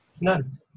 None